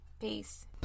peace